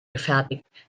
gefertigt